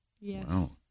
Yes